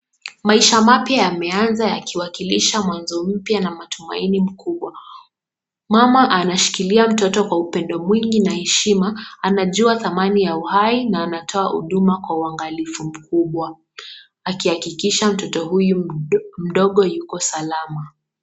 Maisha mapya yameanza yakiwakilisha mwanzo mpya na matumaini mkubwa. Mama anashikilia mtoto kwa upendo mwingi na heshima, anajua thamani ya uhai na anatoa huduma kwa uangalifu mkubwa, akihakikisha mtoto huyu mdogo yuko salama.